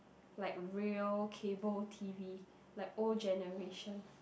like real cable T_V like old generation